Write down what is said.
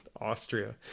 Austria